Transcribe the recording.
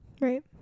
Right